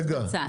רגע,